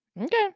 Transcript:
Okay